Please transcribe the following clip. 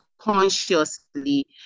consciously